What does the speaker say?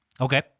Okay